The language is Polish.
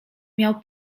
miał